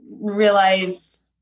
realize